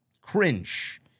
Cringe